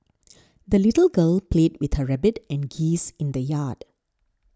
the little girl played with her rabbit and geese in the yard